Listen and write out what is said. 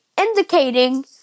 indicating